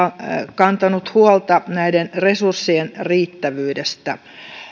kantanut huolta näiden resurssien riittävyydestä